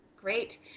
Great